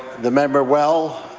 the member well.